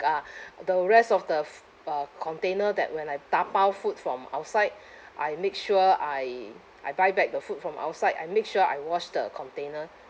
ah the rest of the f~ uh container that when I tapao food from outside I make sure I I buy back the food from outside I make sure I wash the container